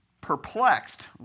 perplexed